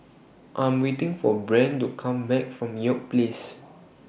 I Am waiting For Brent to Come Back from York Place